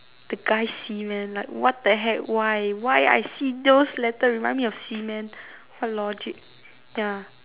the guys semen like what the heck why why I see those letter remind me of semen what logic ya